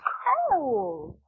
cold